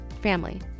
family